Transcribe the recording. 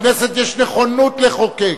לכנסת יש נכונות לחוקק.